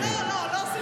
מה את מצביעה, טלי?